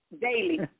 daily